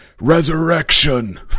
Resurrection